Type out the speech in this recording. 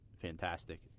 Fantastic